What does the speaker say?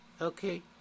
Okay